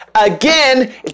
Again